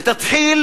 ותתחיל